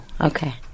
okay